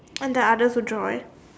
what is that other good drawers